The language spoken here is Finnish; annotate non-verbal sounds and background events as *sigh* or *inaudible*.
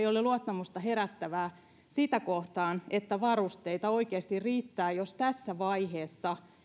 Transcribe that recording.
*unintelligible* ole luottamusta herättävää sitä kohtaan että varusteita oikeasti riittää jos tässä vaiheessa